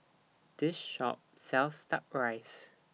This Shop sells Duck Rice